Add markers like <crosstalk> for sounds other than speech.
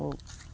<unintelligible>